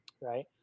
right